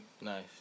Nice